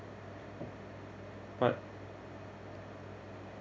but